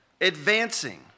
advancing